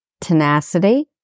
Tenacity